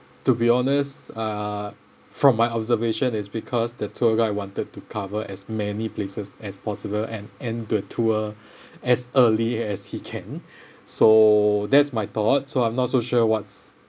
to be honest uh from my observation it's because the tour guide wanted to cover as many places as possible and end the tour as early as he can so that's my thought so I'm not so sure what's